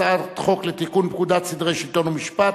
הצעת חוק לתיקון פקודת סדרי שלטון ומשפט